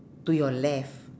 to your left